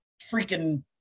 freaking